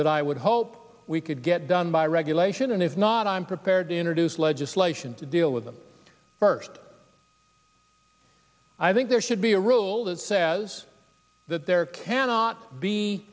that i would hope we could get done by regulation and if not i'm prepared to introduce legislation to deal with them first i think there should be a rule that says that there cannot be